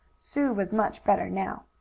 sue was much better now.